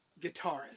guitarist